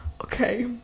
okay